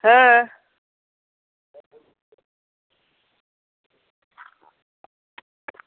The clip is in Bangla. হ্যাঁ